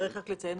צריך רק לציין,